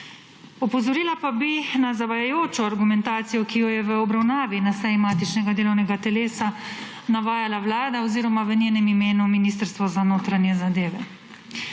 Opozorila pa bi na zavajajočo argumentacijo, ki jo je v obravnavi na seji matičnega delovnega telesa navajala Vlada oziroma v njenem imenu Ministrstvo za notranje zadeve.